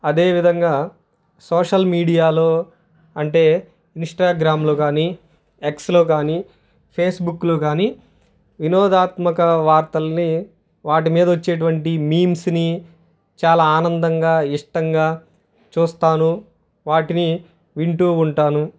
అదేవిధంగా సోషల్ మీడియాలో అంటే ఇన్స్టాగ్రామ్లో కానీ ఎక్స్లో కానీ ఫేస్బుక్లో కానీ వినోదాత్మక వార్తల్ని వాటి మీద వచ్చేటువంటి మీమ్స్ని చాలా ఆనందంగా ఇష్టంగా చూస్తాను వాటిని వింటూ ఉంటాను